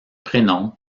prénom